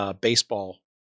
baseball